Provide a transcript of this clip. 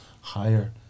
higher